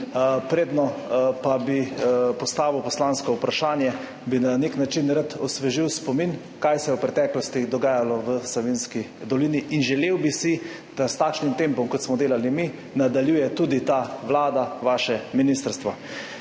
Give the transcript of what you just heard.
Predno pa bi postavil poslansko vprašanje, bi na nek način rad osvežil spomin, kaj se je v preteklosti dogajalo v Savinjski dolini in želel bi si, da s takšnim tempom, kot smo delali mi, nadaljuje tudi ta vlada, vaše ministrstvo.